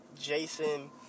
Jason